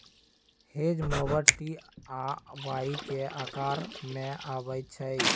hedge mower T आ Y के अकार में अबई छई